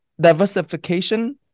diversification